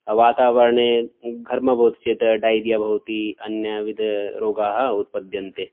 वातावरणे घर्मः भवति चेत् डैरिया भवति अन्यविधरोगाः उत्पद्यन्ते